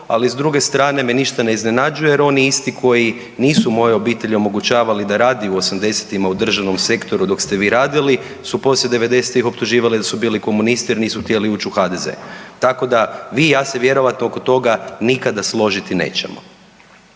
ali s druge strane me ništa ne iznenađuje jer oni isti koji nisu mojoj obitelji omogućavali da radi u 80-ima u državnom sektoru, dok ste vi radili su poslije 90-ih optuživali da su bili komunisti jer nisu htjeli ući u HDZ. Tako da, vi i ja se vjerojatno oko toga nikada složiti nećemo.